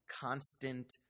constant